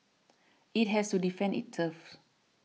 it has to defend it turf